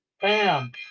bam